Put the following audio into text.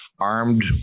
armed